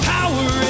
Power